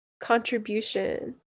contribution